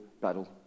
battle